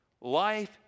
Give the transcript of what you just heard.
Life